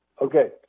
Okay